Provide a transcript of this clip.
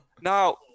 Now